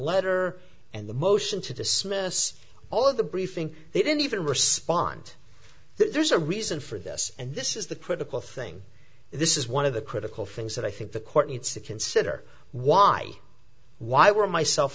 letter and the motion to dismiss all of the briefing they didn't even respond there's a reason for this and this is the critical thing this is one of the critical things that i think the court needs to consider why why were myself